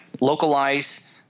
localize